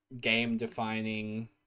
game-defining